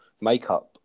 makeup